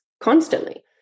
constantly